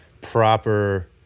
proper